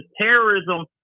terrorism